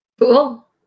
Cool